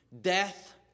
death